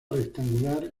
rectangular